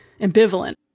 ambivalent